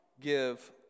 give